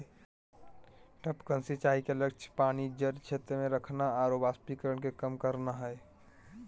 टपकन सिंचाई के लक्ष्य पानी जड़ क्षेत्र में रखना आरो वाष्पीकरण के कम करना हइ